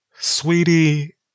Sweetie